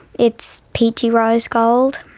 it's peachy rose gold.